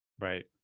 Right